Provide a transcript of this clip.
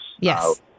Yes